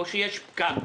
או שיש פקק,